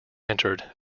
entered